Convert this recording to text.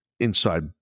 Inside